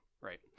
right